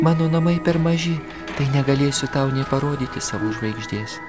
mano namai per maži tai negalėsiu tau nė parodyti savo žvaigždės